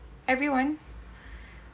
everyone